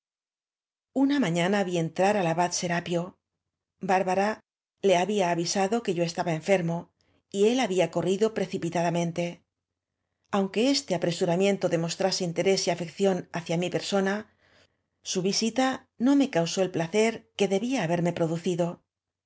una mafiaua vi entrar al abad sera pio bár bara le había avisado que yo estaba enfermo y él había corrido precipitadamente aunque este apresuramiento demostrase interés y afección hacia mi persona su visita no me causó el pla cer que debía haberme producido